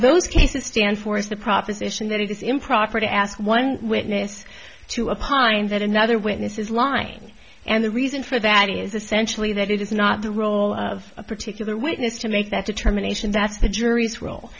those cases stand for is the proposition that it is improper to ask one witness to a pine that another witness is lying and the reason for that is essentially that it is not the role of a particular witness to make that determination that's the jury's role